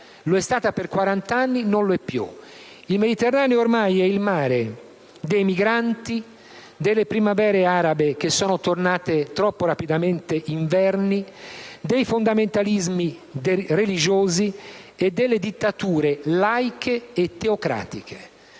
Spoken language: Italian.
lo è stata per quarant'anni, ma non è lo è più. Il Mediterraneo è ormai il mare dei migranti, delle primavere arabe che sono tornate ad essere troppo rapidamente inverni, dei fondamentalismi religiosi e delle dittature laiche e teocratiche.